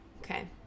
Okay